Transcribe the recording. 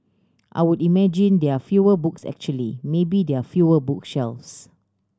I would imagine there fewer books actually maybe there fewer book shelves